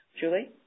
Julie